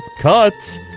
cuts